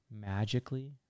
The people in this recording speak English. magically